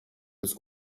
was